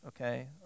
okay